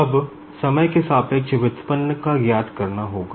अब समय के सापेक्ष व्युत्पन्न का ज्ञात करना होगा